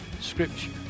scripture